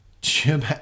Jim